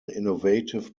innovative